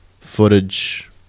footage